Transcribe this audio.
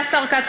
השר כץ,